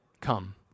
come